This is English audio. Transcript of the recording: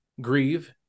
grieve